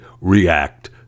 react